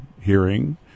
hearing